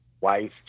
wife